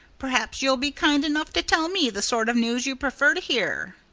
perhaps you'll be kind enough to tell me the sort of news you prefer to hear.